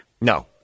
No